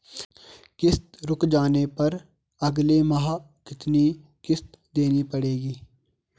किश्त रुक जाने पर अगले माह कितनी किश्त देनी पड़ेगी?